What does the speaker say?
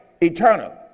eternal